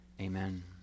Amen